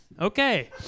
Okay